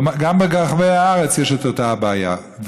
גם ברחבי הארץ יש את אותה הבעיה.